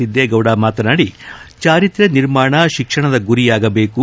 ಸಿದ್ದೇಗೌಡ ಮಾತನಾಡಿ ಚಾರಿತ್ತ್ನ ನಿರ್ಮಾಣ ತಿಕ್ಸಣದ ಗುರಿಯಾಗದೇಕು